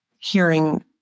Hearing